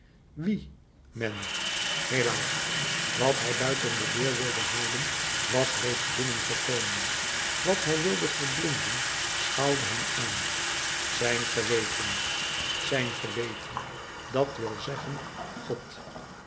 wie men helaas wat hij buiten de deur wilde houden was reeds binnengekomen wat hij wilde verblinden schouwde hem aan zijn geweten zijn geweten dat wil zeggen god